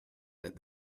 that